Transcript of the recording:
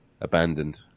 abandoned